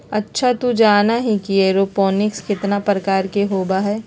अच्छा तू जाना ही कि एरोपोनिक्स कितना प्रकार के होबा हई?